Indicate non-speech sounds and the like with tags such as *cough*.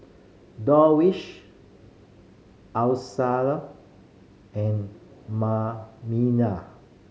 Darwish Alyssa and *unintelligible*